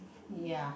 ya